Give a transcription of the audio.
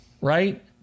Right